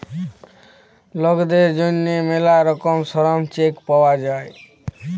লকদের জ্যনহে ম্যালা রকমের শরম চেক পাউয়া যায়